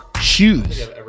Shoes